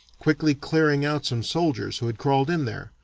quickly clearing out some soldiers who had crawled in there,